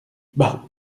ben